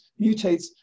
mutates